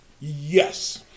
Yes